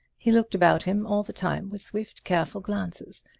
he looked about him all the time with swift, careful glances.